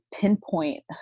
pinpoint